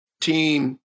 team